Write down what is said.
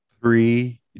Three